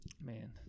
man